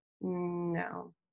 No